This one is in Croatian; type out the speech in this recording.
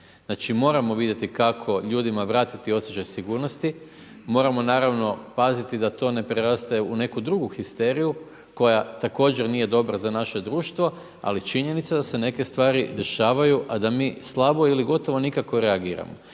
Znači moramo vidjeti kako ljudima vratiti osjećaj sigurnosti. Moramo naravno paziti da to ne preraste u neku drugu histeriju, koja također nije dobra za naše društvo, ali činjenica da se neke stvari dešavaju, a da mi slabo ili gotovo nikako reagiramo.